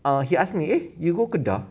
err he ask me eh you go kedah